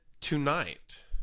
tonight